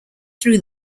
through